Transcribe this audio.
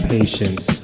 Patience